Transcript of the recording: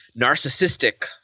narcissistic